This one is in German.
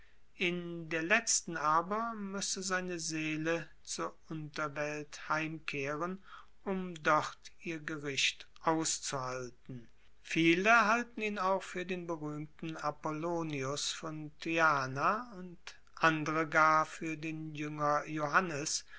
in der letzten aber müsse seine seele zur unterwelt heimkehren um dort ihr gericht auszuhalten viele halten ihn auch für den berühmten apollonius von tyana und andre gar für den jünger johannes